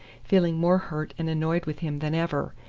feeling more hurt and annoyed with him than ever,